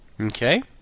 Okay